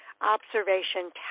observation